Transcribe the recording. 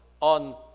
on